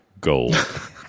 gold